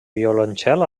violoncel